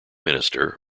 minister